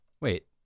Wait